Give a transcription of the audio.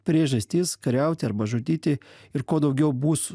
priežastis kariauti arba žudyti ir kuo daugiau bus